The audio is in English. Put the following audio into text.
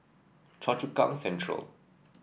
Choa Chu Kang Central